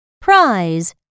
prize